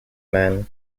man